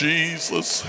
Jesus